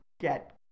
get